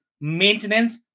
maintenance